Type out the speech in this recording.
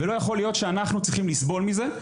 ולא יכול להיות שאנחנו צריכים לסבול מזה.